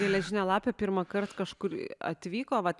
geležinė lapė pirmąkart kažkur atvyko vat